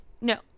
no